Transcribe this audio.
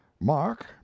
Mark